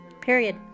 period